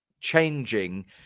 changing